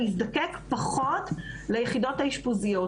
נזדקק פחות ליחידות האשפוזיות.